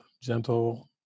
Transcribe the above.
gentle